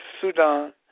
Sudan